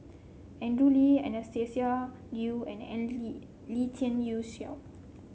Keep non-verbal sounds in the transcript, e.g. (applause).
Andrew Lee Anastasia Liew and (unintelligible) Lien (unintelligible) Ying Chow